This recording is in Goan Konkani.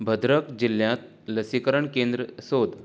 भद्रक जिल्ल्यांत लसीकरण केंद्र सोद